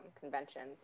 conventions